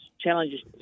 challenges